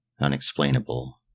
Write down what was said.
unexplainable